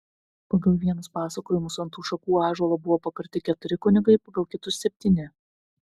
pagal vienus pasakojimus ant tų šakų ąžuolo buvo pakarti keturi kunigai pagal kitus septyni